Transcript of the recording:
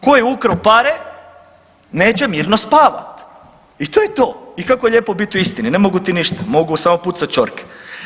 Ko je ukrao pare neće mirno spavat i to je to i kako je lijepo biti u istini, ne mogu ti ništa, mogu samo pucat ćorke.